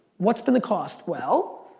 what's been the cost? well,